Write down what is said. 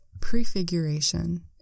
prefiguration